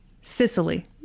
Sicily